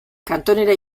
kantonera